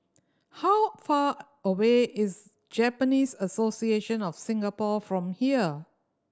how far away is Japanese Association of Singapore from here